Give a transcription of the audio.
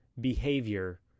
Behavior